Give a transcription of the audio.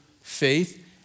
faith